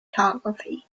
photography